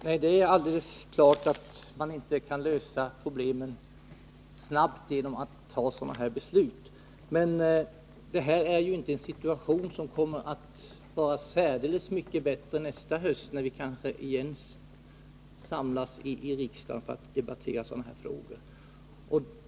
Herr talman! Det är alldeles klart att man inte kan lösa problemen snabbt genom sådana beslut som fattats. Men situationen kommer inte att vara särdeles mycket bättre nästa höst, när vi kanske återigen samlas i riksdagen för att debattera sådana här frågor.